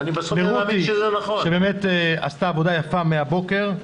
לרותי שעשתה עבודה יפה מהבוקר,